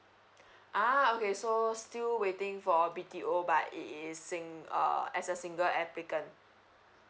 ah okay so still waiting for B T O but it is sing~ err as a single applicant